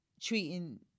treating